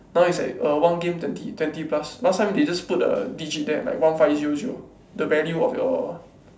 now is like uh one game twenty twenty plus last time they just put the digit there like one five zero zero the value of your